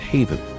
Haven